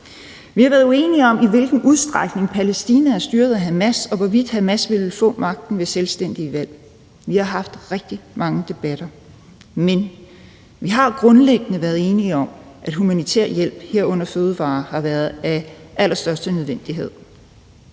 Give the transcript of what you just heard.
Vi har været uenige om, i hvilken udstrækning Palæstina er styret af Hamas, og hvorvidt Hamas vil få magten ved selvstændige valg. Vi har haft rigtig mange debatter, men vi har grundlæggende været enige om, at humanitær hjælp, herunder fødevarer, har været af allerstørste nødvendighed.